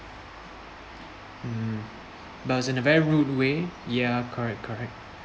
mm but it's in a very rude way ya correct correct